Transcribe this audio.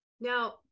now